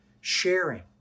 sharing